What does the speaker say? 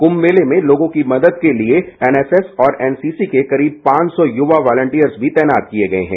कुंम मेले में लोगों की मदद के लिए एनएसएस और एनसीसी के करीब पांच सौ युवा वालियांटियर्स भी तैनात किए गए हैं